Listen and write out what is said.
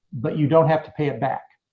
but you don't have to pay it back.